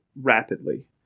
rapidly